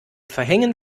verhängen